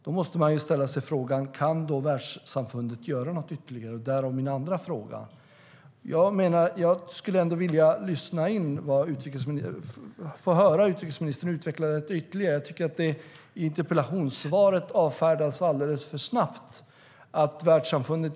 Då måste man ställa sig frågan om världssamfundet kan göra någonting ytterligare, och därav följer min andra fråga i interpellationen. Jag skulle ändå vilja få höra utrikesministern utveckla detta ytterligare, för jag tycker att frågan avfärdas alldeles för snabbt i interpellationssvaret.